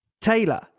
Taylor